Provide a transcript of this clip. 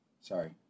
Sorry